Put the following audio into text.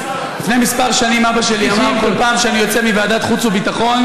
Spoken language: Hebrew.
לפני כמה שנים אבא שלי אמר: כל פעם שאני יוצא מוועדת חוץ וביטחון,